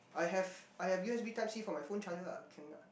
I have I have U_S_B type C for my phone charger ah can ah